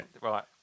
Right